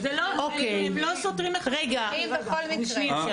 הם לא סותרים אחד את השני.